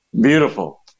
Beautiful